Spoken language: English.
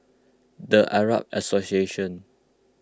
the Arab Association